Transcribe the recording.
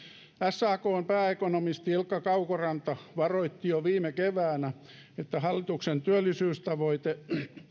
sakn pääekonomisti ilkka kaukoranta varoitti jo viime keväänä että hallituksen työllisyystavoite